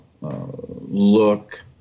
look